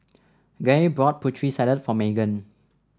Gaye bought Putri Salad for Maegan